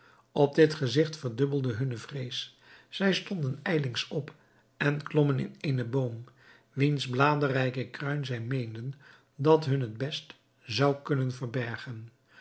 op dit gezigt verdubbelde hunne vrees zij stonden ijlings op en klommen in eenen boom wiens bladrijken kruin zij meenden dat hun het best zou kunnen verbergen